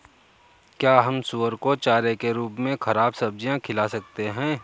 क्या हम सुअर को चारे के रूप में ख़राब सब्जियां खिला सकते हैं?